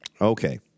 Okay